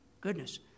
goodness